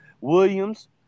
Williams